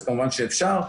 אז כמובן שאפשר,